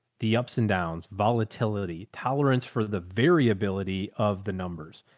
the ups and downs volatility tolerance for the variability of the numbers.